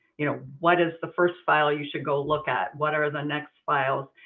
you know what is the first file you should go look at? what are the next files?